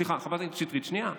סליחה, חברת הכנסת שטרית, שנייה.